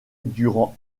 durant